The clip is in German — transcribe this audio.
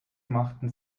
machten